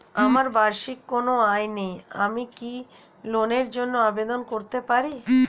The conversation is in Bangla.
আমার বার্ষিক কোন আয় নেই আমি কি লোনের জন্য আবেদন করতে পারি?